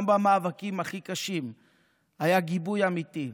גם במאבקים הכי קשים היה גיבוי אמיתי.